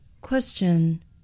Question